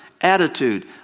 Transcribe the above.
attitude